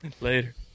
Later